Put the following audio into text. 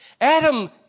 Adam